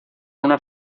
una